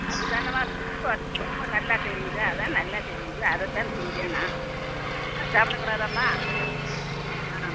அது தானம்மா ரொம்ப ரொம்ப நல்லா தெரியுது அதான் நல்லா தெரியுது அதை தான் திங்கிவேன் நான் அதை சாப்பிட கூடாதாம்மா ஆ